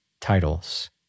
titles